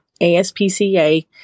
ASPCA